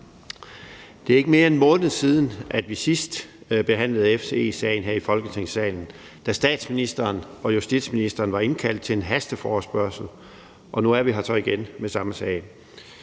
Det er ikke mere end en måned siden, at vi sidst behandlede FE-sagen her i Folketingssalen, da statsministeren og justitsministeren var indkaldt til en hasteforespørgsel, og nu er vi her så igen i forbindelse